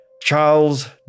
Charles